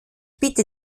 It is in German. bitte